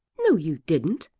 no you didn't.